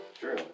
true